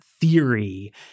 theory